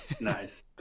Nice